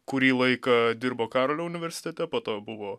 kurį laiką dirbo karolio universitete po to buvo